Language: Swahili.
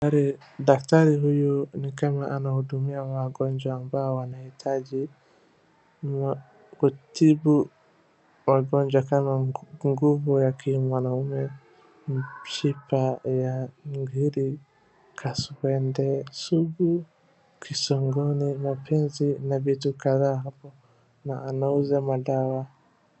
Daktari huyu ni kama anahudumia wagonjwa amabao wanahitaji, kutibu wagonjwa kama nguvu ya kimwanaume, mishipa ya kutahiri, kaswende sugu, kisongone ,mapenzi na vitu kadhaa na anauza madawa.